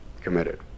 committed